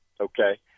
Okay